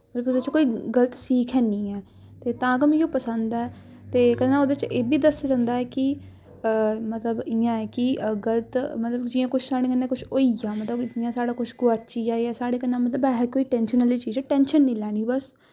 मतलब ओह्दे च कोई गल्त सीख हैनी ऐ ते तां गै मिगी पसंद ऐ ते कन्नै ओह्दे च एह् बी दस्से जंदा ऐ कि मतलब इ'यां ऐ कि गल्त मतलब जि'यां कुछ साढ़े कन्नै कुछ होई गेआ मतलब जि'यां साढ़ा कुछ गुआची गेआ जां साढ़े कन्नै मतलब वैसा कोई टैंशन आह्ली चीज बस टैंशन निं लैनी बस